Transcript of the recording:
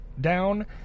down